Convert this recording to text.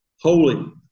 holy